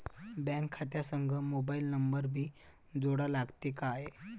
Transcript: Bank खात्या संग mobile number भी जोडा लागते काय?